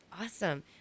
Awesome